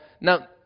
Now